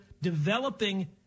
developing